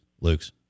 Luke's